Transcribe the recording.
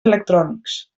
electrònics